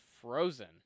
Frozen